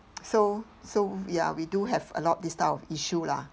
so so ya we do have a lot this type of issue lah